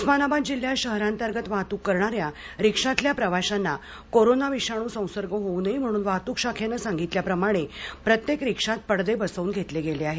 उस्मानाबाद जिल्ह्यात शहरांतर्गत वाहतूक करणाऱ्या रिक्षातील प्रवाशांना कोरोना विषाणू संसर्ग होऊ नये म्हणून वाहतूक शाखेने सांगितल्याप्रमाणे प्रत्येक रिक्षामध्ये पडदे बसवून घेतले गेले आहेत